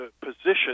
position